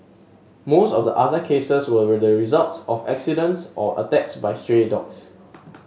most of the other cases were with the results of accidents or attacks by stray dogs